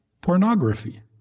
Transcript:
Pornography